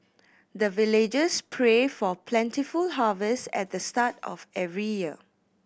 the villagers pray for plentiful harvest at the start of every year